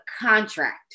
contract